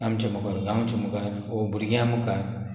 आमचे मुखार गांवचे मुखार वो भुरग्यां मुखार